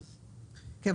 כן,